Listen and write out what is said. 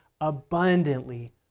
abundantly